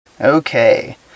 Okay